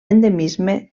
endemisme